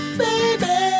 baby